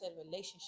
relationship